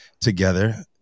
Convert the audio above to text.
together